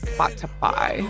Spotify